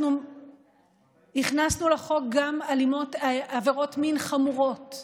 אנחנו הכנסנו לחוק גם עבירות מין חמורות,